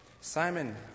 Simon